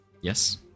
yes